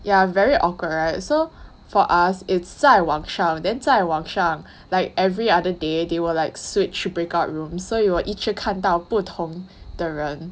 ya very awkward [right] so for us it's 在网上 then 在网上 like every other day they will like switch break out rooms so you will 一直看到不同的人